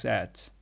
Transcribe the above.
ads